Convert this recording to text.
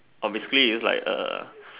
or basically is like A